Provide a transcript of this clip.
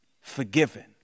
forgiven